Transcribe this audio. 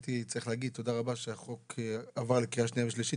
הייתי צריך להגיד תודה רבה שהחוק עבר לקריאה שנייה ושלישית,